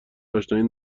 اشنایی